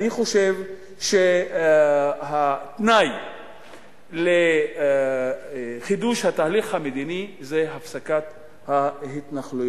אני חושב שהתנאי לחידוש התהליך המדיני זה הפסקת ההתנחלויות.